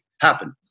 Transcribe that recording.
happen